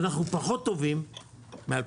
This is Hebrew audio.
אבל אנחנו פחות טובים מ-2019